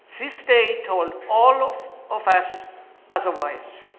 so this day told all of of us otherwise.